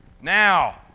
Now